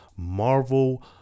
marvel